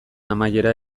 amaiera